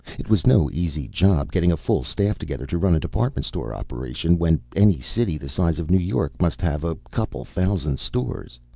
it was no easy job getting a full staff together to run a department store operation, when any city the size of new york must have a couple thousand stores.